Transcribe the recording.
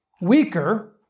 weaker